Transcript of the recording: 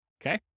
Okay